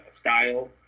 style